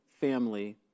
Family